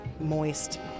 moist